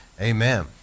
Amen